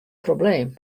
probleem